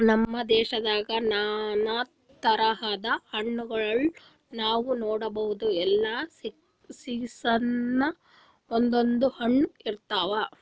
ನಮ್ ದೇಶದಾಗ್ ನಾನಾ ಥರದ್ ಹಣ್ಣಗೋಳ್ ನಾವ್ ನೋಡಬಹುದ್ ಎಲ್ಲಾ ಸೀಸನ್ಕ್ ಒಂದೊಂದ್ ಹಣ್ಣ್ ಇರ್ತವ್